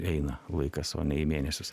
eina laikas o ne į mėnesius